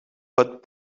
but